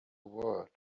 word